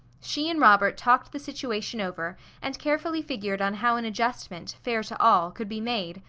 she and robert talked the situation over and carefully figured on how an adjustment, fair to all, could be made,